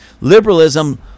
Liberalism